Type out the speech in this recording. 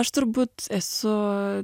aš turbūt esu